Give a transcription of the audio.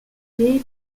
key